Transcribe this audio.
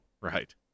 Right